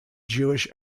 jewish